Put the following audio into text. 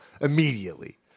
immediately